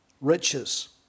riches